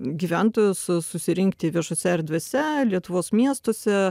gyventojus susirinkti viešose erdvėse lietuvos miestuose